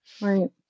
right